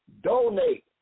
donate